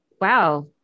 wow